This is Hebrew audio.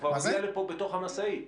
בתוך המשאית.